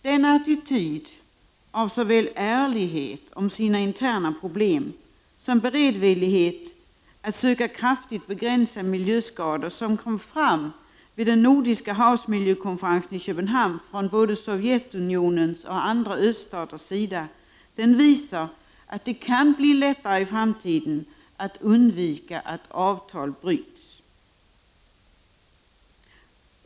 Den attityd av såväl ärlighet om sina interna problem som beredvillighet att söka kraftigt begränsa miljöskador som kom fram vid den nordiska havsmiljökonferensen i Köpenhamn från både Sovjetunionens och andra öststaters sida, visar att det kan bli lättare i framtiden att avtal bryts.